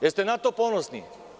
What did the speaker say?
Jeste li na to ponosni?